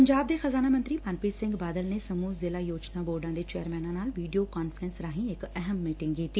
ਪੰਜਾਬ ਦੇ ਖਜ਼ਾਨਾ ਮੰਤਰੀ ਮਨਪ੍ੀਤ ਸਿੰਘ ਬਾਦਲ ਨੇ ਸਮੂਹ ਜ਼ਿਲ੍ਹਾ ਯੋਜਨਾ ਬੋਰਡਾਂ ਦੇ ਚੇਅਰਮੈਨਾਂ ਨਾਲ ਵੀਡੀਓ ਕਾਨਫਰੰਸ ਰਾਹੀਂ ਇਕ ਅਹਿਮ ਮੀਟਿੰਗ ਕੀਤੀ